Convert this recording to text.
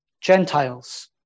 Gentiles